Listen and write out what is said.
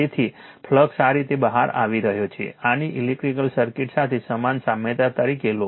તેથી ફ્લક્સ આ રીતે બહાર આવી રહ્યો છે આને ઇલેક્ટ્રીક સર્કિટ સાથે સમાન સામ્યતા તરીકે લો